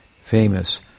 famous